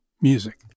music